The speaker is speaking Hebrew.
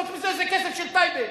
חוץ מזה, זה כסף של טייבה.